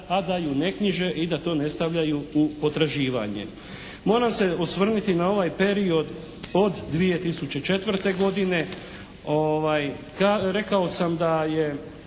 a da ju ne knjiže i da to ne stavljaju u potraživanje. Moram se osvrnuti na ovaj period od 2004. godine. Rekao sam da je